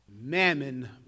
Mammon